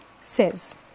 says